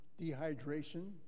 dehydration